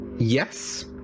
Yes